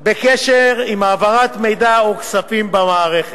בקשר עם העברת מידע או כספים במערכת.